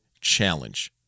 challenge